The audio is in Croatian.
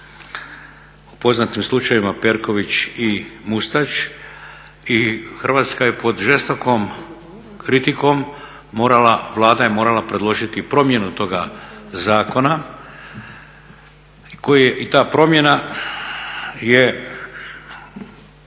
u poznatim slučajevima Perković i Mustač. I Hrvatska je pod žestokom kritikom morala, Vlada je morala predložiti promjenu toga zakona i ta promjena je